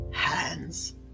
hands